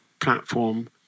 platform